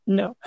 no